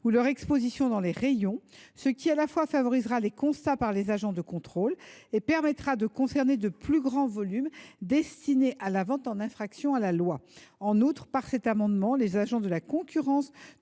ou leur exposition dans les rayons, ce qui, à la fois, favorisera les constats par les agents de contrôle et permettra de viser de plus grands volumes destinés à la vente en infraction à la loi. En second lieu, l’amendement tend à permettre aux agents de la concurrence,